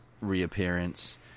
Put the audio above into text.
reappearance